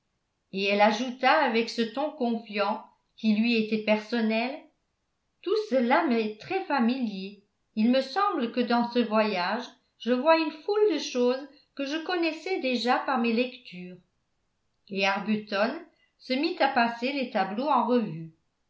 et elle ajouta avec ce ton confiant qui lui était personnel tout cela m'est très familier il me semble que dans ce voyage je vois une foule de choses que je connaissais déjà par mes lectures et arbuton se mit à passer les tableaux en revue